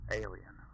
alien